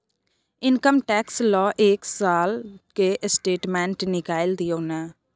Income tax ल एक साल के स्टेटमेंट निकैल दियो न?